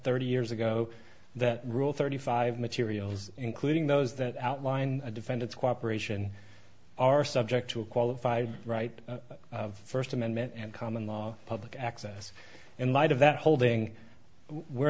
thirty years ago that rule thirty five materials including those that outline a defendant's cooperation are subject to a qualified right of first amendment and common law public access in light of that holding we're